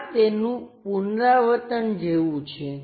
આ તેનું પુનરાવર્તન જેવું છે